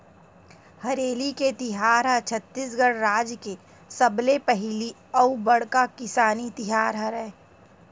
हरेली के तिहार ह छत्तीसगढ़ राज के सबले पहिली अउ बड़का किसानी तिहार हरय